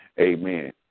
Amen